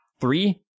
Three